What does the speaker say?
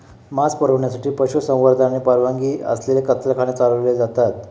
मांस पुरवठ्यासाठी पशुसंवर्धन आणि परवानगी असलेले कत्तलखाने चालवले जातात